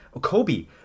Kobe